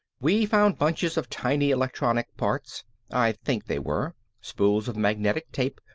we found bunches of tiny electronics parts i think they were spools of magnetic tape,